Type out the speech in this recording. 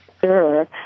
Sure